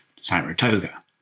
Saratoga